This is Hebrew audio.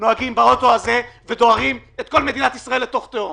נוהגים באוטו הזה ודוהרים את כל מדינת ישראל לתוך תהום